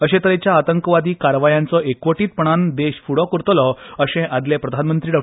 अशे तरेच्या आतंकवादी कारवायांचो एकवोटीतपणान देश फुडो करतलो अशे आदले प्रधानमंत्री डॉ